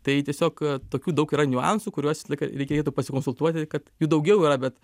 tai tiesiog tokių daug yra niuansų kuriuos visą laiką reikėtų pasikonsultuoti kad jų daugiau yra bet